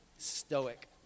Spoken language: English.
stoic